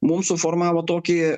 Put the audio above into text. mums suformavo tokį